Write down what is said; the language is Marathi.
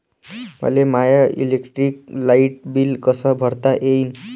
मले माय इलेक्ट्रिक लाईट बिल कस भरता येईल?